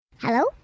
Hello